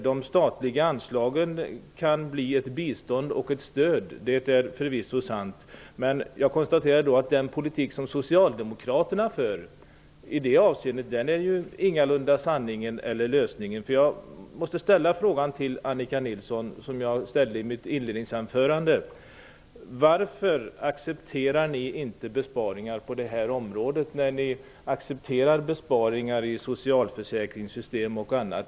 De statliga anslagen kan bli ett bistånd och ett stöd. Det är förvisso sant. Men jag kan konstatera att den politik som socialdemokraterna för i det avseendet ingalunda är lösningen. Jag måste ställa den fråga till Annika Nilsson som jag ställde i mitt inledningsanförande. Varför accepterar ni inte besparingar på det här området när ni accepterar besparingar i socialförsäkringssystem och annat?